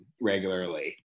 regularly